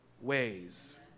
ways